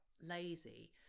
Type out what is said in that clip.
lazy